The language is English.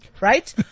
right